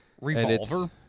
Revolver